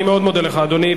אני מאוד מודה לך, אדוני.